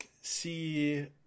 see